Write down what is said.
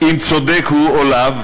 אם הוא צודק או לאו,